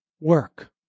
work